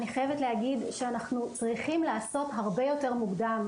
אני חייבת להגיד שאנחנו צריכים לעסוק הרבה יותר מוקדם,